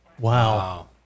Wow